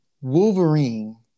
Wolverine